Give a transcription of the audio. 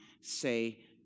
say